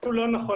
אבל זה לא נכון,